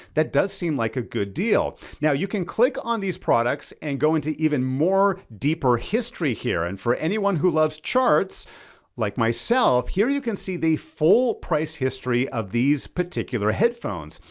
that does seem like a good deal. now you can click on these products and go into even more deeper history here. and for anyone who loves charts like myself, here you can see the full price history of these particular headphones.